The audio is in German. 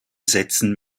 setzen